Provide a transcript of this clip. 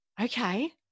okay